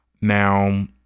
Now